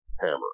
hammer